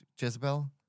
Jezebel